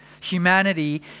Humanity